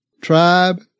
tribe